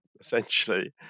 essentially